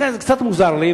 לכן, זה קצת מוזר לי.